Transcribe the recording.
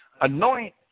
anoint